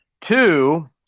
two